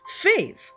Faith